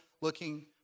looking